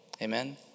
amen